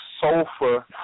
sulfur